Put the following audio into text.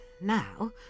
now